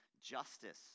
justice